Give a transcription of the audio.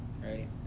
Right